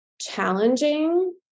challenging